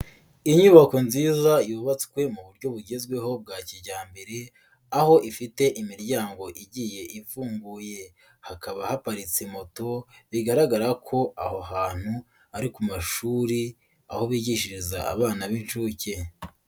Inyubako nziza yubatswe mu buryo bugezweho bwa kijyambere, aho ifite imiryango igiye ifunguye hakaba haparitse moto, bigaragara ko aho hantu ari ku mashuri aho bigishiriza abana b'inshuke.